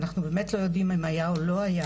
אנחנו באמת לא יודעים אם היה או לא היה.